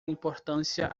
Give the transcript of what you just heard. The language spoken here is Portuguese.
importância